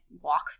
walk